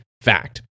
fact